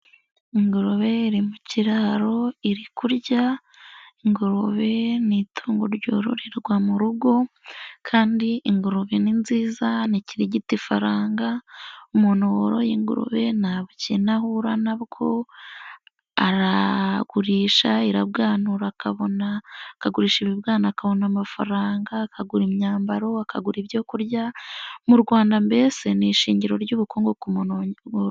Ingurube iri mu kiraro iri kurya, ingurube n'itungo ryororerwa mu rugo kandi ingurube ni nziza rikirigita ifaranga ,umuntu woroye ingurube nta bukene ahura nabwo, aragurisha irabwagura akabona akagurisha ibyana akabona amafaranga, akagura imyambaro, akagura ibyo kurya. Mu Rwanda mbese n'ishingiro ry'ubukungu ku mumtu woroye...